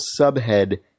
subhead